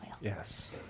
Yes